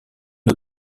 une